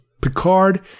Picard